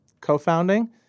co-founding